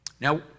Now